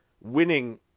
winning